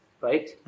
right